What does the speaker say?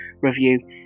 review